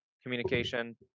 communication